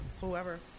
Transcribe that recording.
whoever